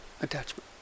attachment